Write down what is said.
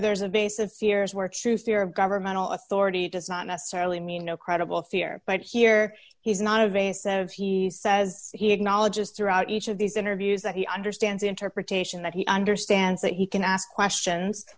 there's a base of fears were true fear of governmental authority does not necessarily mean no credible fear but here he's not of a set of he says he acknowledges throughout each of these interviews that he understands interpretation that he understands that he can ask questions